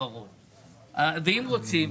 אם רוצים,